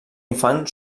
infant